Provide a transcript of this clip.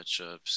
matchups